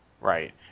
right